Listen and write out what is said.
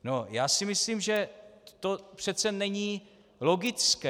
No, já si myslím, že to přece není logické.